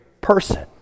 person